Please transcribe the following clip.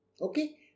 Okay